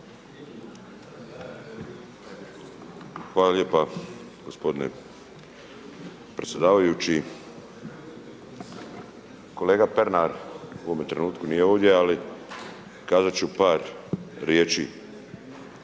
Hvala lijepa gospodine predsjedavajući. Kolega Pernar, u ovome trenutku nije ovdje ali kazat ću par riječi.